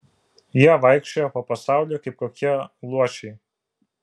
jie vaikščioja po pasaulį kaip kokie luošiai